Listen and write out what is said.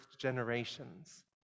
generations